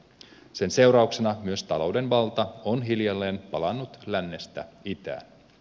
sen seurauksena myös talouden valta on hiljalleen palannut lännestä itään